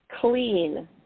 Clean